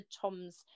tom's